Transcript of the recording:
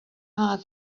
heard